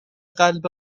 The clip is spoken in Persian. قلب